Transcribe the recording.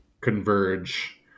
converge